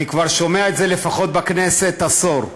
אני שומע את זה, לפחות בכנסת, כבר עשור,